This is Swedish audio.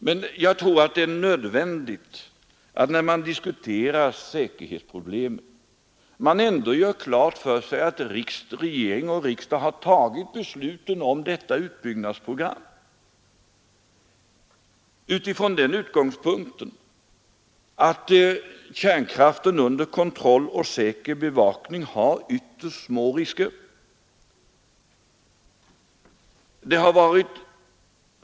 Men jag tror att det är nödvändigt när man diskuterar säkerhetsproblemen, att man gör klart för sig att regering och riksdag har tagit besluten om detta utbyggnadsprogram från den utgångspunkten att kärnkraften under kontroll och säker bevakning har ytterst små risker.